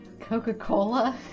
coca-cola